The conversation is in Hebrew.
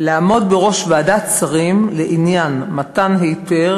לעמוד בראש ועדת שרים לעניין מתן היתר